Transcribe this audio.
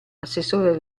assessore